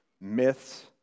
myths